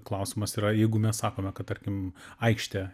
klausimas yra jeigu mes sakome kad tarkim aikštė